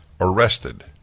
arrested